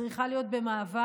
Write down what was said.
צריכה להיות במעבר